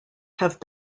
have